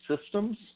systems